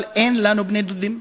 אבל אין לנו בני-דודים".